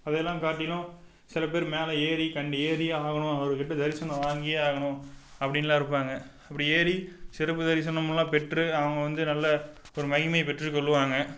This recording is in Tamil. அதையெல்லாம் காட்டிலும் சிலபேர் மேலே ஏறி கண்டி ஏரியே ஆகணும் அவர்க்கிட்ட தரிசனம் வாங்கியே ஆகணும் அப்படின்லாம் இருப்பாங்க அப்படி ஏறி சிறப்பு தரிசனம்லாம் பெற்று அவங்க வந்து நல்ல ஒரு மகிமை பெற்றுக்கொள்ளுவாங்க